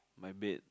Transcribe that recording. my bed